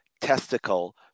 testicle